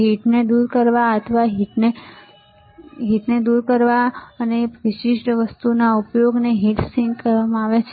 હીટને દૂર કરવા અથવા ગરમીને દૂર કરવા માટે આ વિશિષ્ટ વસ્તુના ઉપયોગને હીટ સિંક કહેવામાં આવે છે